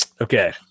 Okay